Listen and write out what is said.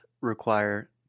require